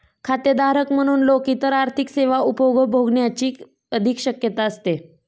खातेधारक म्हणून लोक इतर आर्थिक सेवा उपभोगण्याची अधिक शक्यता असते